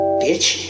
bitch